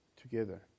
together